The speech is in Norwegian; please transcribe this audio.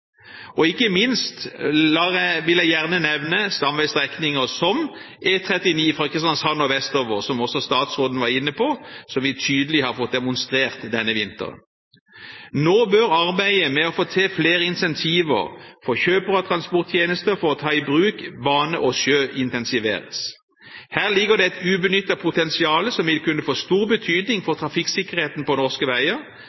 Ikke minst vil jeg gjerne nevne stamveistrekninger som E39 fra Kristiansand og vestover – som også statsråden var inne på – som vi tydelig har fått demonstrert denne vinteren. Nå bør arbeidet med å få til flere incentiver for kjøpere av transporttjenester for å ta i bruk bane og sjø, intensiveres. Her ligger et ubenyttet potensial som vil kunne få stor betydning